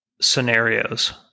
scenarios